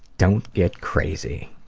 don't get crazy,